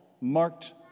marked